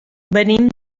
venim